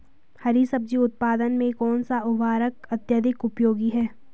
हरी सब्जी उत्पादन में कौन सा उर्वरक अत्यधिक उपयोगी है?